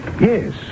Yes